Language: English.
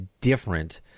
different